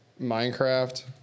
Minecraft